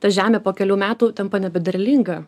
ta žemė po kelių metų tampa nebederlinga